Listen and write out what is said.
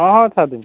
ହଁ ହଁ ଛାଡ଼ି ଦେବି